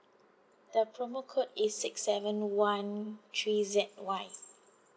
the promo code is six seven one three Z Y